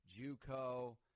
Juco